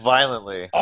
Violently